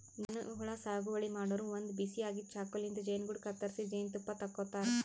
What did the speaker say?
ಜೇನಹುಳ ಸಾಗುವಳಿ ಮಾಡೋರು ಒಂದ್ ಬಿಸಿ ಆಗಿದ್ದ್ ಚಾಕುಲಿಂತ್ ಜೇನುಗೂಡು ಕತ್ತರಿಸಿ ಜೇನ್ತುಪ್ಪ ತಕ್ಕೋತಾರ್